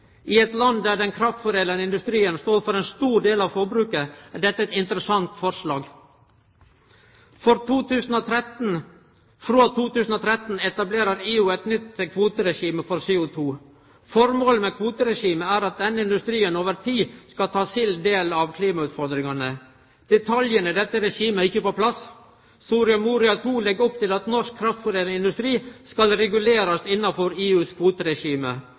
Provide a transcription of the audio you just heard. I eit land der den kraftforedlande industrien står for ein stor del av forbruket, er dette eit interessant forslag. Frå 2013 etablerer EU eit nytt kvoteregime for CO2. Formålet med kvoteregimet er at denne industrien over tid skal ta sin del av klimautfordringane. Detaljane i dette regimet er ikkje på plass. Soria Moria II legg opp til at norsk kraftforedlande industri skal regulerast innafor EUs